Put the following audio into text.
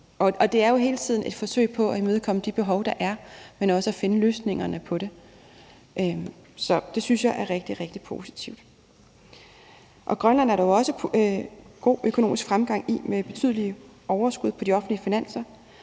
jo om hele tiden at forsøge på at imødekomme de behov, der er, men også at finde løsningerne. Så det synes jeg er rigtig, rigtig positivt. Grønland er der også god økonomisk fremgang i med betydelige overskud på de offentlige finanser.